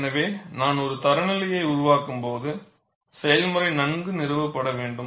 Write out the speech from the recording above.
எனவே நான் ஒரு தர நிலையை உருவாக்கும்போது செயல்முறை நன்கு நிறுவப்பட வேண்டும்